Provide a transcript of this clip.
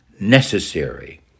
necessary